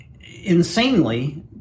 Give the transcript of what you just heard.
insanely